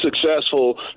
successful